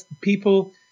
people